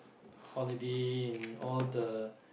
holiday in all the